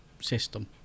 system